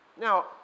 Now